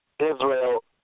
Israel